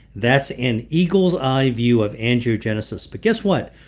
that's an eagle's eye view of angiogenesis but guess what?